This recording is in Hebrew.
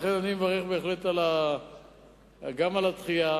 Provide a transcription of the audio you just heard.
לכן אני מברך בהחלט גם על הדחייה